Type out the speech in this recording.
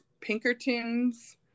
Pinkertons